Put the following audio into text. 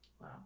Wow